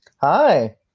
Hi